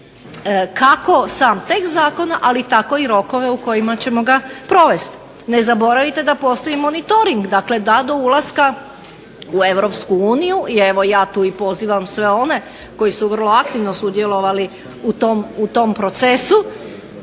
kako sam tekst zakona ali tako i rokove u kojima ćemo ga provesti. Ne zaboravite da postoji monitoring, dakle da do ulaska u EU i evo ja tu pozivam i one koji su vrlo aktivno sudjelovali u tom procesu